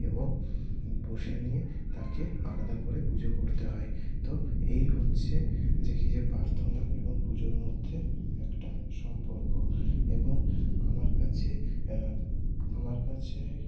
এবং বসে নিয়ে তাকে আলাদা করে পুজো করতে হয় তো এই হচ্ছে যে কি যে প্রার্থনা এবং পুজোর মধ্যে একটা সম্পর্ক এবং আমার কাছে আমার কাছে